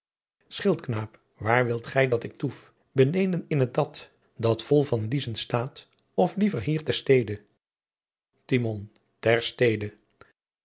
waar wilt ghy dat ik toef beneden in het dat dat vol van liezen staat of liever hier ter stede timon ter stede